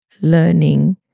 learning